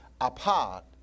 apart